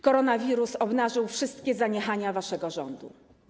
Koronawirus obnażył wszystkie zaniechania waszego rządu.